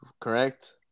correct